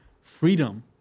freedom